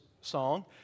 song